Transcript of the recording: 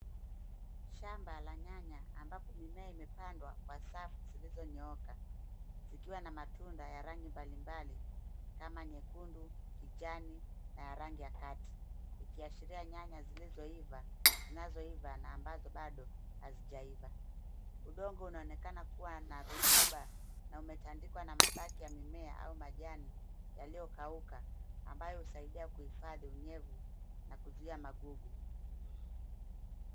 Shamba la nyanya ambapo mimea imepandwa kwa safu zilizonyooka zikiwa na matunda ya rangi mbalimbali kama nyekundu, kijani na rangi ya kati ikiashiria nyanya zilizoiva zinazoiva na ambazo bado hazijaiva, udongo unaonekana kuwa na rutuba na umetandikwa na mabaki ya mimea au majani yaliyokauka ambayo husaidia kuhifadhi unyevu na kuzuia magugu.